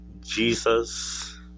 Jesus